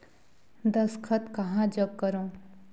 दस्खत कहा जग करो?